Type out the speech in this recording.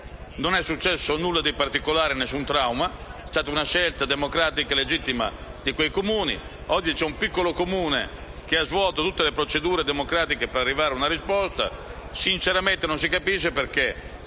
né è successo nulla di particolare. È stata una scelta democratica e legittima di quei Comuni. Oggi c'è un piccolo Comune che ha svolto tutte le procedure democratiche per arrivare a una risposta e sinceramente non si capisce perché